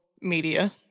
media